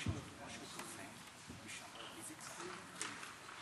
2587, 2625 ו-2640.